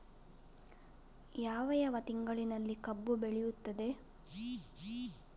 ಯಾವ ಯಾವ ತಿಂಗಳಿನಲ್ಲಿ ಕಬ್ಬು ಬೆಳೆಯುತ್ತದೆ?